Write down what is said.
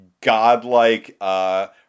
godlike